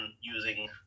using